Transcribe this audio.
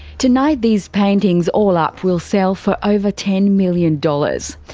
tonight. these paintings all up will sell for over ten million dollars.